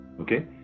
okay